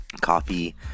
coffee